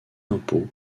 impôt